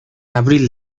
abril